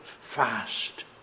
fast